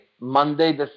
Monday